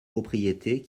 propriétés